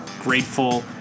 grateful